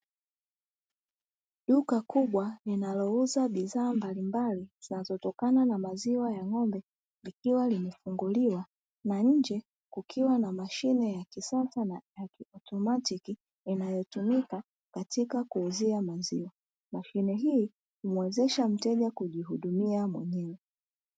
Duka kubwa linalouza bidhaa mbalimbali zinazotokana na maziwa ya ng'ombe likiwa limefunguliw,a na nje kukiwa na mashine kisasa na kiautomatiki inayotumika katika kuuzia maziwa. Mashine hii humuwezesha mteja kujihudumia mwenyewe.